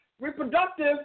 reproductive